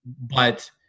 but-